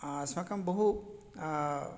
अस्माकं बहु